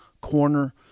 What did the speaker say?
corner